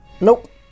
Nope